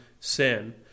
Sin